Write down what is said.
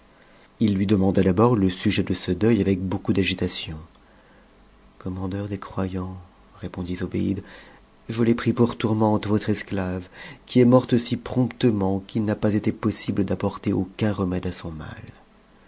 il lui deluanda d'abord le sujet de ce deuil avec beaucoup d'agitation a commandeur des croyants répondit zobéide je l'ai pris pour tourmente votre esclave qui est morte si promptement qu'il n'a pas été possible d'apporter aucun remède à son mal